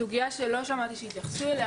סוגיה שלא שמעתי שהתייחסו אליה